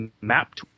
Map